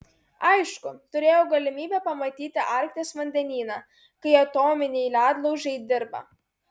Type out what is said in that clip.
aišku turėjau galimybę pamatyti arkties vandenyną kai atominiai ledlaužiai dirba